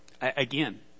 Again